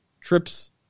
trips